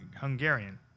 Hungarian